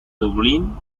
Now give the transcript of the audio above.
dublín